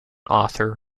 author